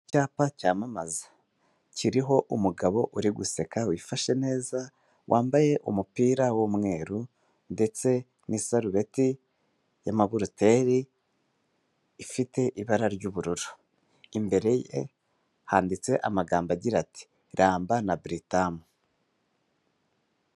Ni icyapa cyamamaza. Kiriho umugabo uri guseka wifashe neza, wambaye umupira w'umweru ndetse n'isarubeti y'amaburuteri, ifite ibara ry'ubururu. Imbere ye handitse amagambo agira ati:" Ramba na britam."